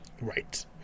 Right